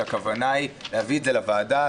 שהכוונה היא להביא את זה לוועדה,